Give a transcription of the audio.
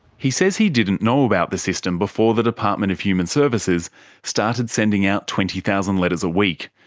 he says he didn't know about the system before the department of human services started sending out twenty thousand letters a week.